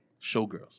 Showgirls